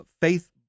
Faith